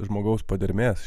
žmogaus padermės